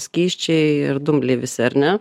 skysčiai ir dumbliai visi ar ne